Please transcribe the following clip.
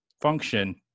function